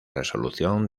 resolución